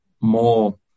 more